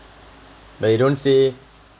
but you don't say